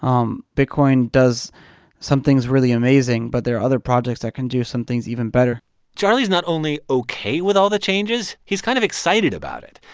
um bitcoin does some things really amazing, but there are other projects that can do some things even better charlie's not only ok with all the changes. he's kind of excited about it.